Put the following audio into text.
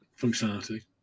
functionality